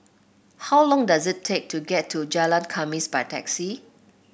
how long does it take to get to Jalan Khamis by taxi